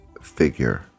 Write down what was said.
figure